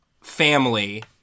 family